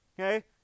Okay